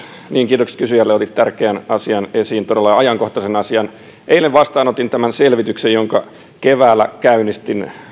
kiitokset kysyjälle otit tärkeän asian esiin todella ajankohtaisen asian eilen vastaanotin tämän selvityksen jonka keväällä käynnistin